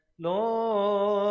know